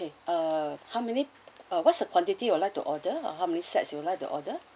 okay uh how many uh what's a quantity you'd like to order uh how many sets you would like to order